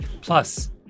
Plus